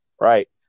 right